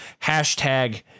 Hashtag